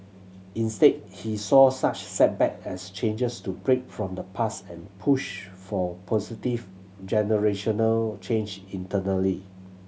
instead he saw such setback as chances to break from the past and push for positive generational change internally